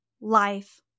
life